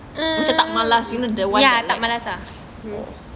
macam tak malas you know the one like